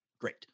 Great